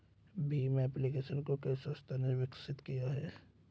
Bhim application को किस संस्था ने विकसित किया है?